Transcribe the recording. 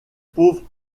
pauvre